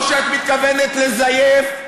או שאת מתכוונת לזייף,